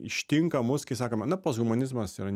ištinka mus kaip sakoma na posthumanizmas yra